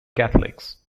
catholics